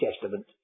Testament